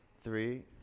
three